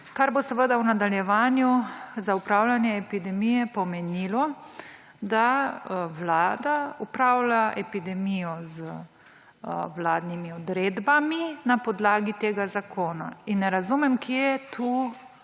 kar bo seveda v nadaljevanju za upravljanje epidemije pomenilo, da vlada upravlja epidemijo z vladnimi odredbami na podlagi tega zakona. In ne razumem, kje